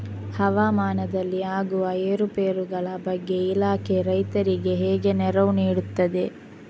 ಹವಾಮಾನದಲ್ಲಿ ಆಗುವ ಏರುಪೇರುಗಳ ಬಗ್ಗೆ ಇಲಾಖೆ ರೈತರಿಗೆ ಹೇಗೆ ನೆರವು ನೀಡ್ತದೆ?